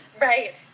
Right